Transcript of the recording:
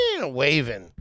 waving